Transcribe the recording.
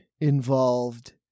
involved